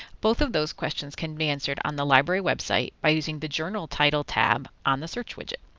both of those questions can be answered on the library website by using the journal title tab on the search widget.